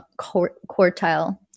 quartile